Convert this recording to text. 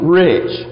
rich